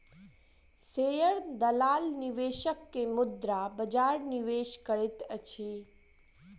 share दलाल निवेशक के मुद्रा बजार निवेश करैत अछि